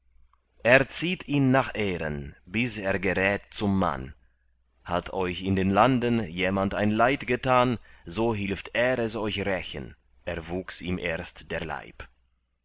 erzieht ihn nach ehren bis er gerät zum mann hat euch in den landen jemand ein leid getan so hilft er es euch rächen erwuchs ihm erst der leib